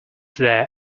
there